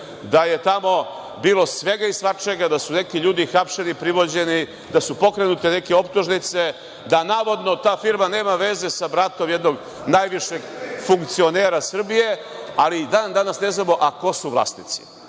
da je tamo bilo svega i svačega, da su neki ljudi hapšeni, privođeni, da su pokrenute neke optužnice, da navodno ta firma nema veze sa bratom jednog najvišeg funkcionera Srbije, ali i dan danas ne znamo ko su vlasnici?